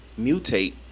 mutate